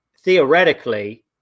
theoretically